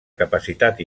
capacitat